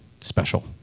special